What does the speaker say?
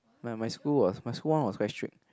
my my school was my school one was very strict